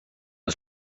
was